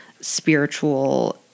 spiritual